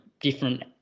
different